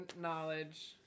knowledge